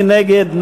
מי נגד?